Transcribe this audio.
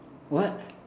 what